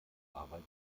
arbeit